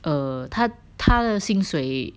err 他他的薪水